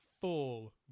full